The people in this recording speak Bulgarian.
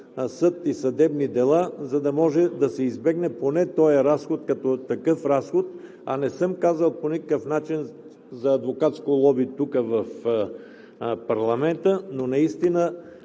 съд и съдебни дела, за да може да се избегне поне този разход като такъв разход, а не съм казал по никакъв начин за адвокатско лоби тук в парламента. Наистина